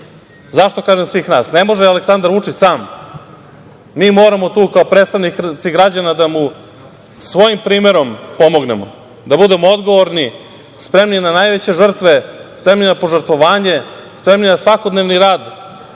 nas.Zašto kažem svih nas? Ne može Aleksandar Vučić sam. Mi moramo tu kao predstavnici građana da mu svojim primerom pomognemo, da budemo odgovorni, spremni na najveće žrtve, spremni na požrtvovanje, spremni na svakodnevni rad,